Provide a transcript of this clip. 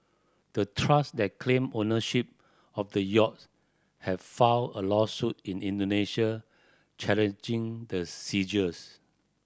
the trust that claim ownership of the yachts have a lawsuit in Indonesia challenging the seizures